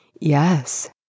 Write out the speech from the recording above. Yes